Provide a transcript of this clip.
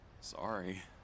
Sorry